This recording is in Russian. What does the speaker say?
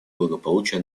благополучие